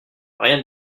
rien